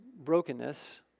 brokenness